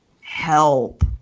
help